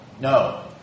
No